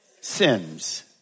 sins